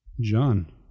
John